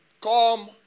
come